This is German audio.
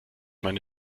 meine